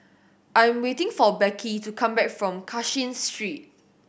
I'm waiting for Becky to come back from Cashin Street